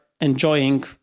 enjoying